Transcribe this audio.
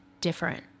different